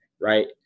Right